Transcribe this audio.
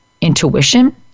intuition